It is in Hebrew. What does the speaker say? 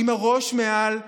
עם הראש מעל המים.